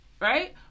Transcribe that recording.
right